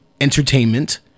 entertainment